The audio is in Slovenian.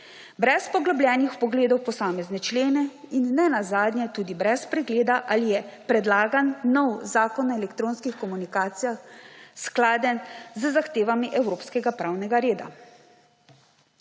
brez poglobljenih vpogledov v posamezne člene in nenazadnje tudi brez pregleda, ali je predlagan nov zakon o elektronskih komunikacijah skladen z zahtevami evropskega pravnega reda.